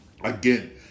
Again